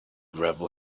gravel